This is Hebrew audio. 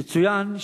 יצוין,